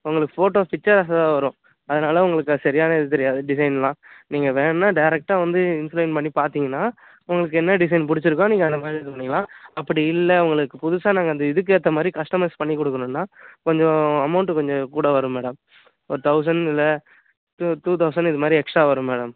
உங்களுக்கு ஃபோட்டோ பிக்ச்சராஸ்ஸாக தான் வரும் அதனால் உங்களுக்கு அது சரியான இது தெரியாது டிசைன் எல்லாம் நீங்கள் வேணும்னா டேரெக்டாக வந்து இன்சுலின் பண்ணி பார்த்திங்கன்னா உங்களுக்கு என்ன டிசைன் பிடிச்சிருக்கோ நீங்கள் அந்தமாதிரி இது பண்ணிக்கலாம் அப்படி இல்லை உங்களுக்கு புதுசாக நாங்கள் அந்த இதுக்கு ஏற்ற மாதிரி கஸ்டமைஸ் பண்ணி கொடுக்கணுன்னா கொஞ்சம் அமௌண்ட்டு கொஞ்சம் கூட வரும் மேடம் ஒரு தௌசண்ட் இல்லை டூ டூ தௌசண்ட் இது மாதிரி எக்ஸ்ட்ரா வரும் மேடம்